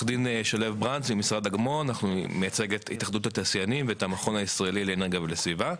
עמדתי הייתה אותה עמדה גם אם הייתי היום השר להגנת סביבה.